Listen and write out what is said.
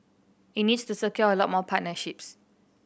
it needs to secure a lot more partnerships